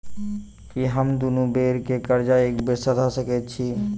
की हम दुनू बेर केँ कर्जा एके बेर सधा सकैत छी?